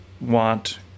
want